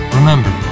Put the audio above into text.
Remember